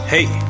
Hey